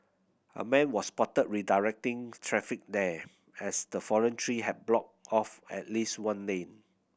a man was spotted redirecting traffic there as the fallen tree have blocked off at least one lane